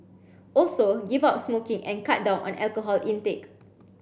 also give up smoking and cut down on alcohol intake